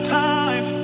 time